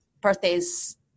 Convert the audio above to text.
birthdays